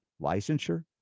licensure